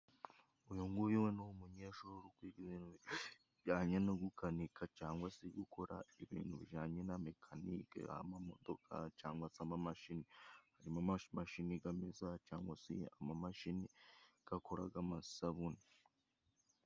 Uyu nguyu we ni umunyeshuri urikwiga ibijyanye no gukanika cangwa se gukora ibintu bijyanye na mekanike, ari amamodoka cangwa se amamashini, harimo amamashini gameza cangwa se amamashini gakoraga amasabune.